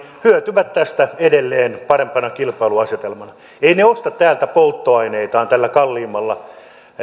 hyötyvät tästä edelleen parempana kilpailuasetelmana eivät ne osta täältä polttoaineitaan tällä kalliimmalla